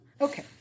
Okay